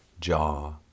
jaw